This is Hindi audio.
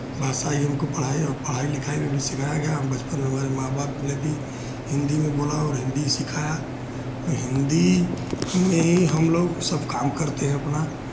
भाषा ही हमको पढ़ाए और पढ़ाई लिखाई में भी सिखाया गया बचपन में मेरे माँ बाप ने भी हिन्दी में बोला और हिन्दी सिखाया और हिन्दी मेनली हमलोग सब काम करते हैं अपना